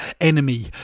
enemy